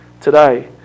today